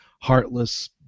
heartless